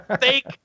fake